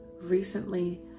recently